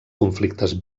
conflictes